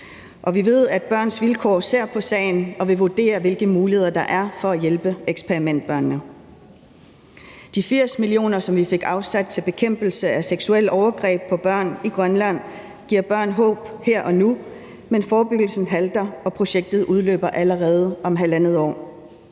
vi ved, at Børns Vilkår ser på sagen og vil vurdere, hvilke muligheder der er for at hjælpe eksperimentbørnene. De 80 mio. kr., som vi fik afsat til bekæmpelse af seksuelle overgreb på børn i Grønland, giver børn håb her og nu, men forebyggelsen halter, og projektet udløber allerede om halvandet år.